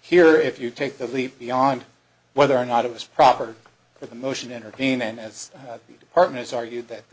here if you take the leap beyond whether or not it was proper for the motion intervene and as partners argued that